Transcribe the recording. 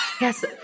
Yes